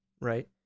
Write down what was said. Right